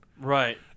Right